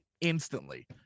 instantly